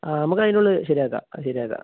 ആ നമുക്ക് അതിന് ഉള്ളിൽ ശരിയാക്കാം ശരിയാക്കാം